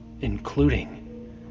including